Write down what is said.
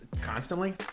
constantly